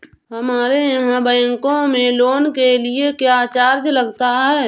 हमारे यहाँ बैंकों में लोन के लिए क्या चार्ज लगता है?